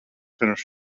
pirms